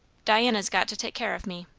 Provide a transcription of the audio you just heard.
diana's got to take care of me.